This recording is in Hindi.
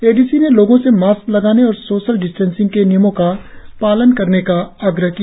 ए डी सी ने लोगों से मास्क लगाने और सोशल डिस्टेसिंग का पालन करने का भी आग्रह किया